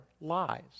lies